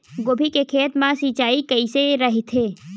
गोभी के खेत मा सिंचाई कइसे रहिथे?